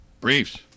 Briefs